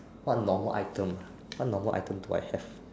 what normal item what normal item do I have